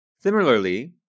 Similarly